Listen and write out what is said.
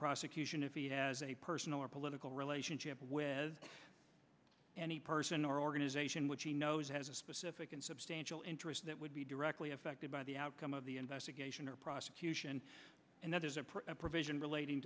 prosecution if he has a personal or political relationship with any person or organization which he knows has a specific and substantial interest that would be directly affected by the outcome of the investigation or prosecution and that is a provision relating